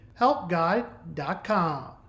Helpguide.com